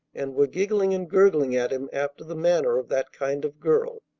and were giggling and gurgling at him after the manner of that kind of girl.